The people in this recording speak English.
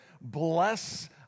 bless